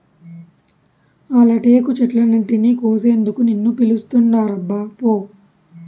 ఆల టేకు చెట్లన్నింటినీ కోసేందుకు నిన్ను పిలుస్తాండారబ్బా పో